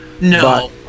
No